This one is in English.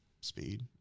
speed